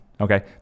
Okay